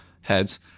heads